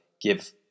give